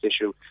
issue